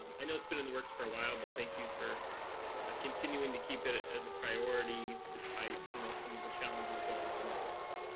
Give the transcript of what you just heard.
um i know it's been in the works for a while, but thank you for ah continuing to keep it it as a priority despite you know some of the challenges going on right now.